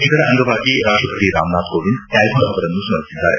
ಇದರ ಅಂಗವಾಗಿ ರಾಷ್ಟಪತಿ ರಾಮನಾಥ್ ಕೋವಿಂದ್ ಟ್ಲಾಗೂರ್ ಅವರನ್ನು ಸ್ತರಿಸಿದ್ದಾರೆ